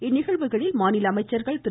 இந்நிகழ்வுகளில் மாநில அமைச்சர்கள் திரு